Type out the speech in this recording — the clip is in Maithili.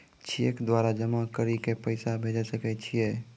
चैक द्वारा जमा करि के पैसा भेजै सकय छियै?